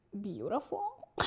beautiful